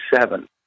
seven